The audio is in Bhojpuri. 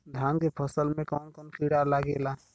धान के फसल मे कवन कवन कीड़ा लागेला?